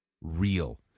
real